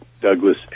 Douglas